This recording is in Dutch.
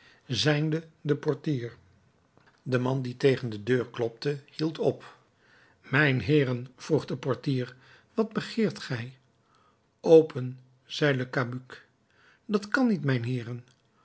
zijnde de portier de man die tegen de deur klopte hield op mijnheeren vroeg de portier wat begeert gij open zei le cabuc dat kan niet mijnheeren